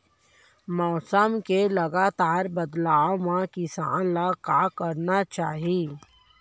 मौसम के लगातार बदलाव मा किसान ला का करना चाही?